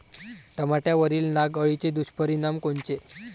टमाट्यावरील नाग अळीचे दुष्परिणाम कोनचे?